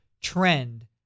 trend